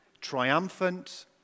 triumphant